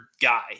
guy